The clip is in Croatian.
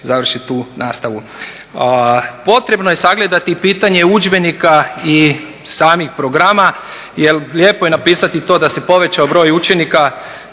završe tu nastavu. Potrebno je sagledati i pitanje udžbenika i samih programa. Jer lijepo je napisati to da se povećao broj učenika